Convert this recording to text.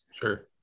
Sure